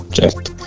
certo